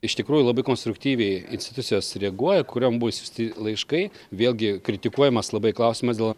iš tikrųjų labai konstruktyviai institucijos reaguoja kuriom buvo išsiųsti laiškai vėlgi kritikuojamas labai klausimas dėl